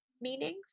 meanings